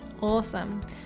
awesome